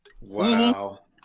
Wow